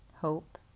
Hope